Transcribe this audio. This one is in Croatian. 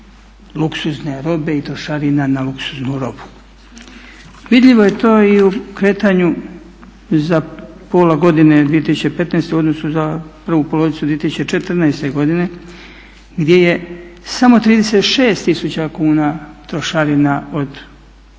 luksuzne robe i trošarina na luksuznu robu. Vidljivo je to i u kretanju za pola godine 2015. u odnosu za prvu polovicu 2014. godine gdje je samo 36 tisuća kuna trošarina od luksuzne